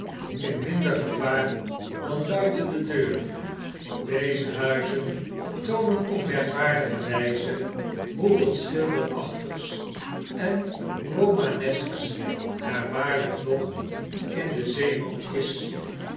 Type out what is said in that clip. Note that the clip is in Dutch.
in minder gevaar dan buiten de deur deze huizen toonen op merkwaardige wyze hoeveel schilderachtigs en romanesks er waarlijk nog in den zeeman is